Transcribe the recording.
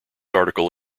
article